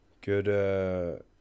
Good